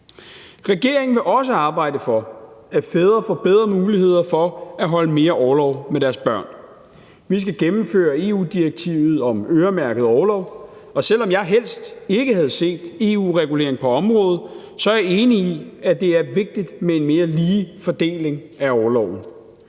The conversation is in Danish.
Regeringen vil også arbejde for, at fædre får bedre muligheder for at holde mere orlov med deres børn. Vi skal gennemføre EU-direktivet om øremærket orlov, og selv om jeg helst ikke havde set EU-regulering på området, så er jeg enig i, at det er vigtigt med en mere lige fordeling af orloven.